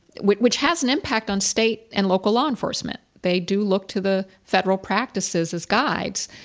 which which has an impact on state and local law enforcement. they do look to the federal practices as guides,